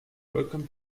welcome